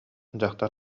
дьахтар